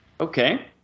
Okay